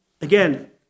again